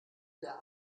der